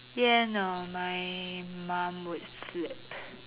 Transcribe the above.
ya I know my mum would flip